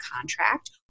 contract